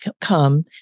come